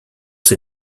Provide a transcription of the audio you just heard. ses